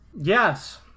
Yes